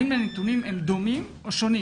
האם הנתונים הם דומים או שונים?